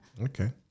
Okay